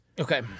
Okay